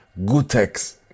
Gutex